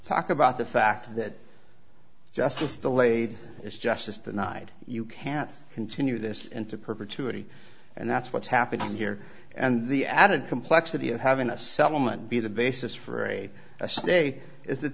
talk about the fact that justice delayed is justice denied you can't continue this into perpetuity and that's what's happening here and the added complexity of having a settlement be the basis for a stay is